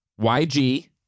YG